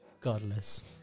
Godless